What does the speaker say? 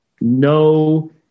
no